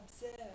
observe